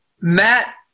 Matt